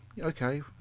Okay